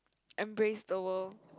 embrace the world